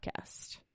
podcast